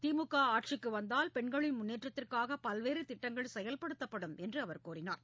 திமுக ஆட்சிக்கு வந்தால் பெண்களின் முன்னேற்றத்திற்காக பல்வேறு திட்டங்கள் செயல்படுத்தப்படும் என்று அவர் கூறினார்